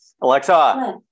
Alexa